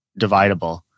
dividable